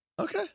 Okay